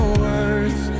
words